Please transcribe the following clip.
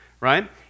right